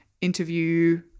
interview